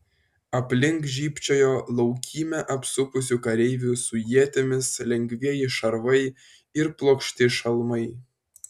aplink žybčiojo laukymę apsupusių kareivių su ietimis lengvieji šarvai ir plokšti šalmai